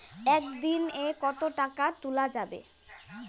একদিন এ কতো টাকা তুলা যাবে?